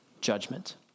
judgment